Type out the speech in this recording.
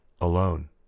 alone